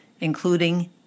including